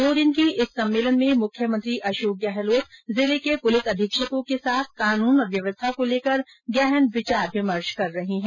दो दिन के इस सम्मेलन में मुख्यमंत्री अशोक गहलोत जिर्ल के पुलिस अधीक्षकों के साथ कानून और व्यवस्था को लेकर गहन विचार विमर्श कर रहे है